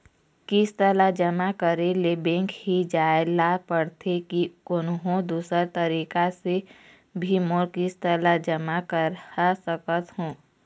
किस्त ला जमा करे ले बैंक ही जाए ला पड़ते कि कोन्हो दूसरा तरीका से भी मोर किस्त ला जमा करा सकत हो?